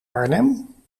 arnhem